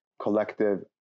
collective